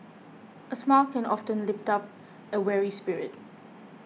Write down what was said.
a smile can often lift up a weary spirit